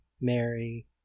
Mary